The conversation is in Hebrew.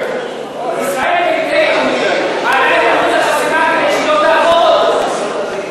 ישראל ביתנו מעלה את אחוז החסימה כדי שהיא לא תעבור אותו.